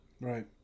Right